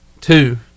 two